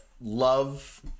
love